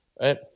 Right